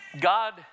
God